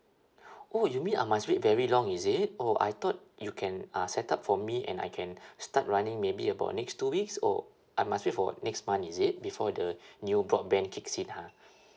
oh you mean I must wait very long is it oh I thought you can uh set up for me and I can start running maybe about next two weeks or I must wait for next month is it before the new broadband kicks in ha